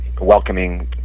welcoming